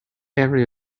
every